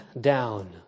down